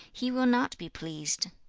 he will not be pleased.